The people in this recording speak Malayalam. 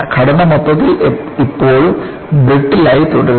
ഘടന മൊത്തത്തിൽ ഇപ്പോഴും ബ്രിട്ടിൽ ആയി തുടരും